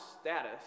status